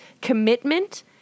commitment